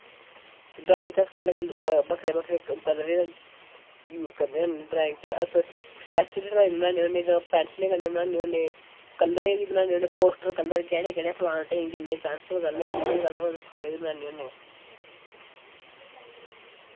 drawing च अस बक्खरे बक्खरे कलरें दे यूस करदे न ड्राईंग च अस स्कैच नै ड्राईंग बनान्ने होन्ने पैंसलें कन्नै बनान्ने होन्ने कल्लरें दी बनान्ने होन्ने पोस्टर कल्लर केह्ड़े केह्ड़े फलान टेंग जिन्ने बी कल्लर सारे जिन्ने बी कल्लर होंदे सारें दी बनान्ने होन्ने